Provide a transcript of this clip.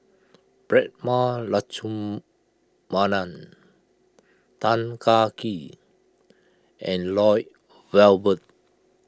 Prema Letchumanan Tan Kah Kee and Lloyd Valberg